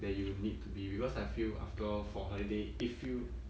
then you will need to be because I feel after all for holiday if you